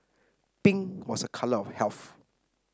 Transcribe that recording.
pink was a colour of health